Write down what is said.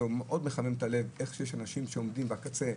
זה מאוד מחמם את הלב איך שיש אנשים שעומדים בקצה,